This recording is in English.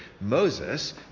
Moses